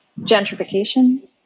Gentrification